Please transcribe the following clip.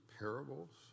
parables